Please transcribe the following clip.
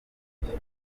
yuzuye